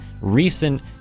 recent